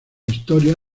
historia